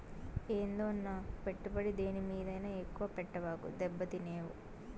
ఏందన్నో, పెట్టుబడి దేని మీదైనా ఎక్కువ పెట్టబాకు, దెబ్బతినేవు